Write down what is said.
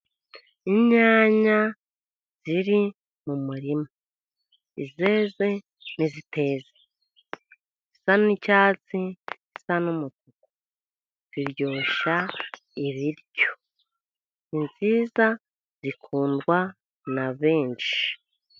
Inyanya ziri mu murima. izeze n'iziteze. Izisa n'icyatsi n'izisa n'umutuku. Ziryoshya ibiryo, zikundwa na benshi.